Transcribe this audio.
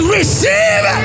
Receive